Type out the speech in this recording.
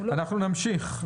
אנחנו נמשיך.